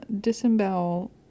disembowel